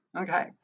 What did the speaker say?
Okay